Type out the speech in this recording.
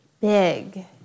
big